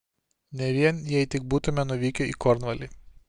ne vien jei tik būtumėme nuvykę į kornvalį